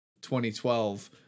2012